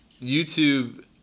YouTube